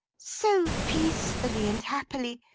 so peacefully and happily!